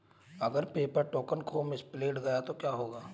अगर paper token खो misplaced गया तो क्या होगा?